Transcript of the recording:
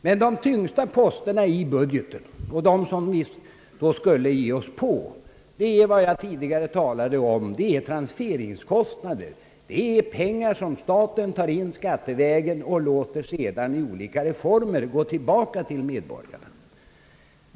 Men de tyngsta posterna i budgeten — de som vi då skulle få ge oss på — är som jag tidigare sade transfereringspengar, medel som staten tar in skattevägen och sedan via olika reformer låter gå tillbaka till medborgarna.